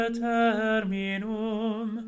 terminum